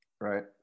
right